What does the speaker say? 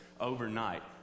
overnight